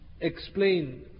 explain